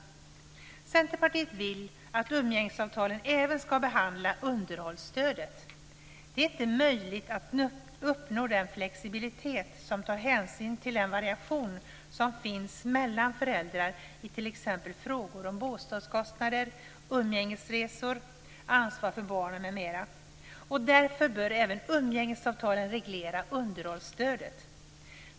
Centerpartiet vill att umgängesavtalen även ska behandla underhållsstödet. Det är inte möjligt att uppnå den flexibilitet som tar hänsyn till den variation som finns mellan föräldrar i t.ex. frågor om bostadskostnader, umgängesresor och ansvar för barnen m.m. Därför bör umgängesavtalen även reglera underhållsstödet.